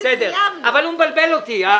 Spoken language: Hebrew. בסדר, אבל הוא מבלבל אותי.